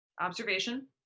Observation